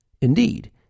indeed